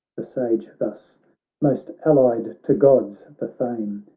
the sage thus most allied to gods! the fame.